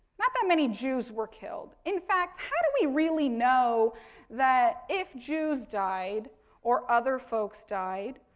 not that many jews were killed. in fact, how do we really know that, if jews died or other folks died,